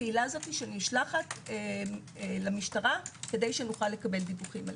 הפעילה שנשלחת למשטרה כדי שנוכל לקבל דיווחים עליהם.